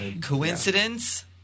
Coincidence